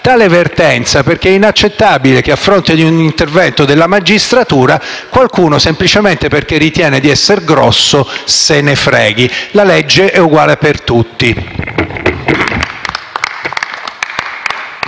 tale vertenza, perché è inaccettabile che, a fronte di un intervento della magistratura, qualcuno, semplicemente perché ritiene di essere grosso, se ne freghi. La legge è uguale per tutti.